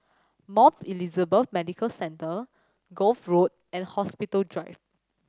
Mount Elizabeth Medical Centre Gul Road and Hospital Drive